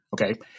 okay